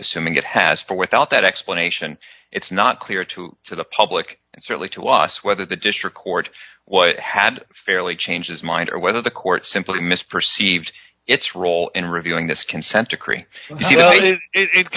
assuming it has for without that explanation it's not clear to to the public and certainly to us whether the district court was had fairly changes mind or whether the court simply misperceived its role in reviewing this consent decree